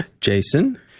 Jason